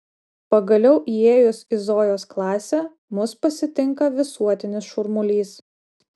pagaliau įėjus į zojos klasę mus pasitinka visuotinis šurmulys